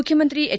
ಮುಖ್ಯಮಂತ್ರಿ ಎಚ್